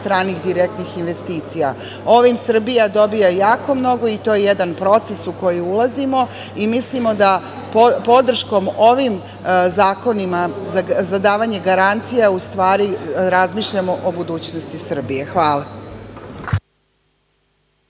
stranih direktnih investicija. Ovim Srbija dobija jako mnogo i to je jedan proces u koji ulazimo i mislimo da podrškom ovim zakonima za davanje garancija u stvari razmišljamo o budućnosti Srbije. Hvala.